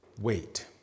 wait